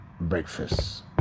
breakfast